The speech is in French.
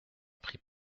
pris